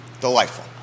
delightful